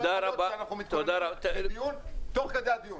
אנחנו --- מתכוננים לדיון תוך כדי הדיון.